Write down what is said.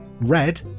Red